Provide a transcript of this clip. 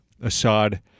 Assad